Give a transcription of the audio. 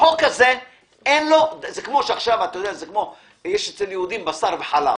אתה יודע, יש אצל יהודים בשר וחלב.